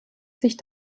sich